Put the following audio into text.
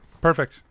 Perfect